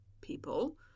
people